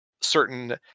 certain